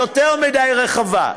היא יותר מדי רחבה.